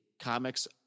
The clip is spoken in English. Comics